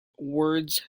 words